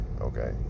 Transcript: okay